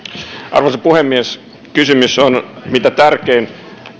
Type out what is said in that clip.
arvoisa puhemies kysymys on mitä tärkein